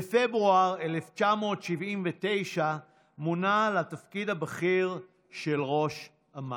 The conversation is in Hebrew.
בפברואר 1979 מונה לתפקיד הבכיר של ראש אמ"ן.